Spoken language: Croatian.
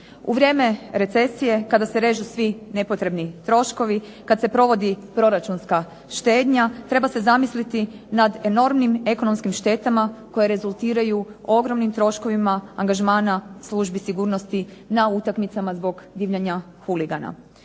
U vrijeme recesije kad se režu svi nepotrebni troškovi kad se provodi proračunska štednja treba se zamisliti nad enormnim ekonomskim štetama koje rezultiraju ogromnim troškovima angažmana službi sigurnosti na utakmicama zbog divljanja huligana.